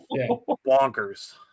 bonkers